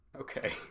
Okay